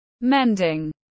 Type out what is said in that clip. mending